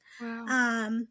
Wow